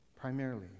Primarily